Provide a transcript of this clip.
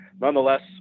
nonetheless